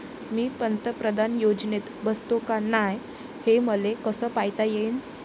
मी पंतप्रधान योजनेत बसतो का नाय, हे मले कस पायता येईन?